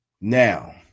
Now